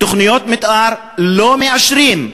תוכניות מתאר לא מאשרים,